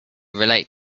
relate